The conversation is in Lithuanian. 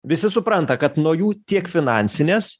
visi supranta kad nuo jų tiek finansinės